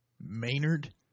Maynard